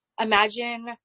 Imagine